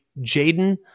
Jaden